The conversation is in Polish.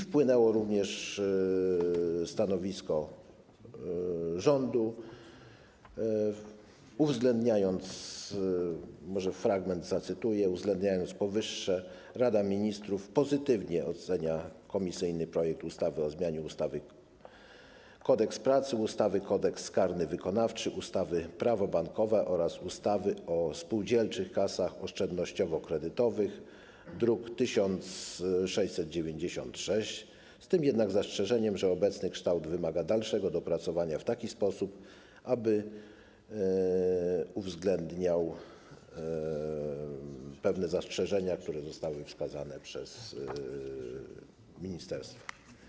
Wpłynęło również stanowisko rządu, może zacytuję fragment: Uwzględniając powyższe, Rada Ministrów pozytywnie ocenia komisyjny projekt ustawy o zmianie ustawy - Kodeks pracy, ustawy - Kodeks karny wykonawczy, ustawy - Prawo bankowe oraz ustawy o spółdzielczych kasach oszczędnościowo-kredytowych, druk nr 1696, z tym jednak zastrzeżeniem, że obecny kształt wymaga dalszego dopracowania w taki sposób, aby uwzględniał pewne zastrzeżenia, które zostały wskazane przez ministerstwo.